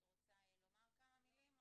את רוצה לומר כמה מילים?